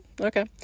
okay